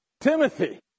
Timothy